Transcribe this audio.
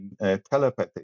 telepathy